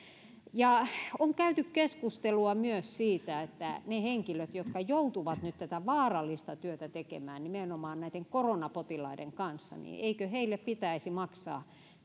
on käyty keskustelua myös siitä että eikö niille henkilöille jotka joutuvat nyt tätä vaarallista työtä tekemään nimenomaan koronapotilaiden kanssa pitäisi maksaa